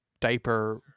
diaper